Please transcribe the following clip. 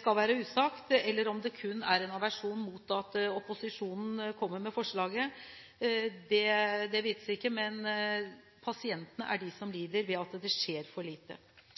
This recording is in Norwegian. skal være usagt, eller om det kun er en aversjon mot at opposisjonen kommer med forslaget, vites ikke. Men pasientene er de som